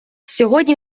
сьогодні